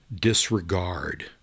disregard